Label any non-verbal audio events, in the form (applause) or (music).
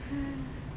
(breath)